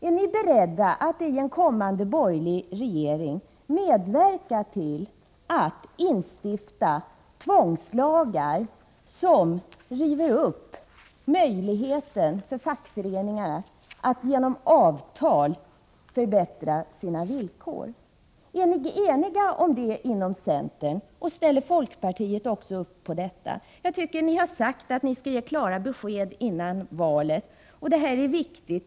Är ni beredda att i en kommande borgerlig regering medverka till att stifta tvångslagar som river upp möjligheten för fackföreningarna att genom avtal förbättra sina villkor? Är ni eniga om det inom centern, och ställer också folkpartiet sig bakom detta? Ni har sagt att ni skall ge klara besked före valet, och detta är en viktig fråga.